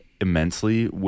immensely